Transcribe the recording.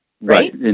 right